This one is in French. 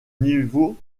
niveau